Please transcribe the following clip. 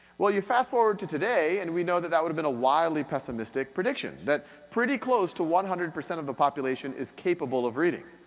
well, you fast forward to today and we know that that would of been a wildly pessimistic prediction. that pretty close to one hundred percent of the population is capable of reading.